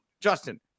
Justin